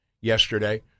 yesterday